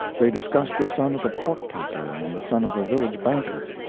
they discussed the son of the pork-packer and the son of the village banker.